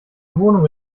wohnung